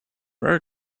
rare